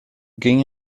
ging